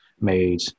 made